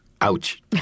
Ouch